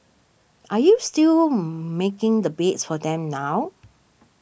are you still making the beds for them now